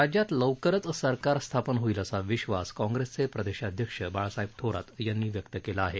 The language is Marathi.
राज्यात लवकरच सरकार स्थापन होईल असा विश्वास काँग्रेसचे प्रदेशाध्यक्ष बाळासाहेब थोरात यांनी व्यक्त केला आहे